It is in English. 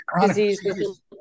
disease